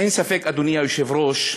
אין ספק, אדוני היושב-ראש,